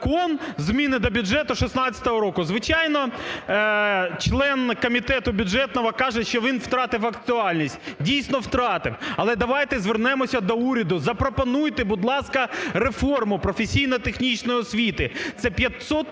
закон – зміни до бюджету 2016 року. Звичайно, член комітету бюджетного каже, що він втратив актуальність. Дійсно, втратив, але давайте звернемося до уряду: запропонуйте, будь ласка, реформу професійно-технічної освіти – це 500 тисяч